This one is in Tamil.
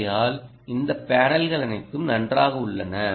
ஆகையால் இந்த பேனல்கள் அனைத்தும் நன்றாக உள்ளன